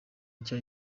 nshya